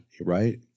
Right